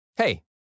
Hey